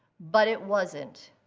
but it wasn't.